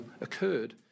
occurred